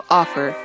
offer